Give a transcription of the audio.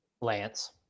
Lance